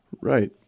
Right